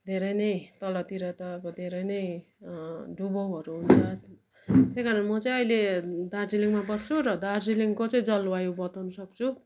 धेरै नै तलतिर त अब धेरै नै डुुबाउहरू हुन्छ त्यही कारण म चाहिँ अहिले दार्जिलिङमा बस्सु र दार्जिलिङको चाहिँ जलवायु बताउनु सक्छु